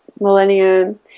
millennium